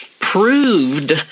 proved